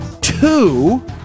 two